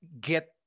get